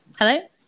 Hello